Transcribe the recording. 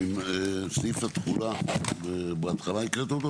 את סעיף התחולה הקראת בהתחלה?